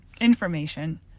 information